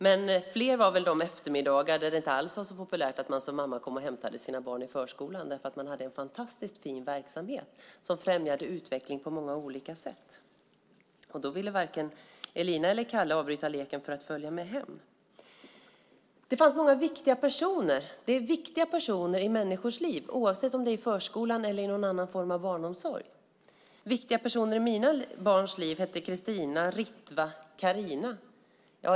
Men fler var väl de eftermiddagar då det inte alls var så populärt att mamma kom och hämtade sina barn i förskolan. Det var en så fantastiskt fin verksamhet som främjade utvecklingen på många olika sätt. Då ville varken Elina eller Kalle avbryta leken för att följa med hem. Det fanns många viktiga personer. Det är viktiga personer i människors liv oavsett om de finns i förskolan eller i någon annan form av barnomsorg. Viktiga personer i mina barns liv hette Kristina, Ritva och Karina.